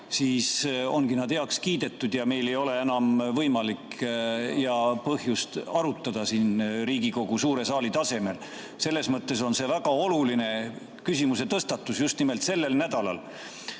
siis need ongi heaks kiidetud ja meil ei ole enam võimalik ega põhjust seda arutada siin Riigikogu suure saali tasemel. Selles mõttes on see väga oluline küsimusetõstatus just nimelt sellel nädalal.